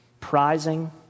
prizing